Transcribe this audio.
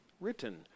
written